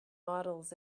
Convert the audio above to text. models